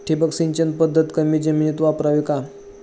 ठिबक सिंचन पद्धत कमी जमिनीत वापरावी का?